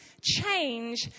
change